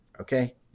okay